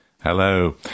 Hello